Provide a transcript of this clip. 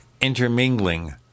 intermingling